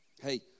Hey